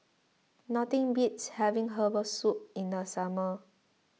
nothing beats having Herbal Soup in the summer